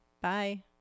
Bye